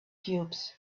cubes